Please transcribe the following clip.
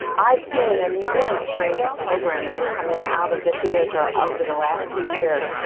i've seen an immense range of programming coming out of the theatre over the last few years.